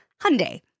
Hyundai